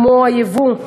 כמו הייבוא,